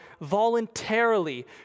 voluntarily